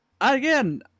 again